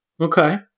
Okay